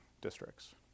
districts